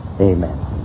Amen